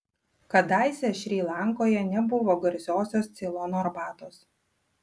kadaise šri lankoje nebuvo garsiosios ceilono arbatos